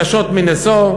קשות מנשוא,